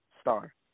star